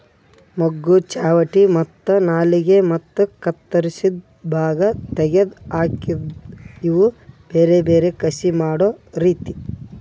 ಮೊಗ್ಗು, ಚಾವಟಿ ಮತ್ತ ನಾಲಿಗೆ ಮತ್ತ ಕತ್ತುರಸಿದ್ ಭಾಗ ತೆಗೆದ್ ಹಾಕದ್ ಇವು ಬೇರೆ ಬೇರೆ ಕಸಿ ಮಾಡೋ ರೀತಿ